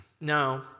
No